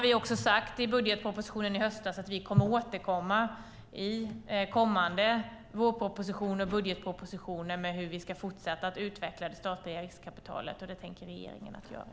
Vi sade i budgetpropositionen i höstas att vi kommer att återkomma i kommande vårproposition och budgetpropositioner med förslag om hur vi ska fortsätta att utveckla det statliga riskkapitalet. Det tänker regeringen göra.